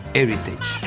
heritage